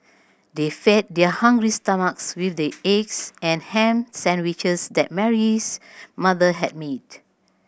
they fed their hungry stomachs with the eggs and ham sandwiches that Mary's mother had made